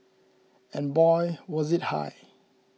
and boy was it high